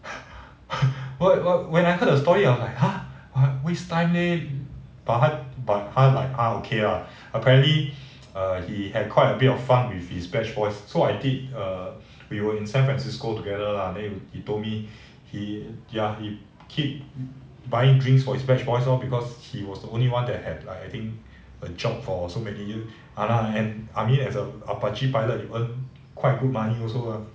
but but when I heard the story I'm like !huh! 很 waste time leh but 他 but 他 like 他 okay lah apparently err he had quite a bit of farm with his batch boys so I did err we were in san francisco together lah then he told me he ya he keep buying drinks for his batch boys lor because he was the only one that had like I think a job for so many ye~ !hanna! and I mean as a apache pilot you earn quite good money also lah